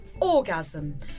orgasm